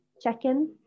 check-in